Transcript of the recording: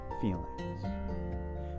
feelings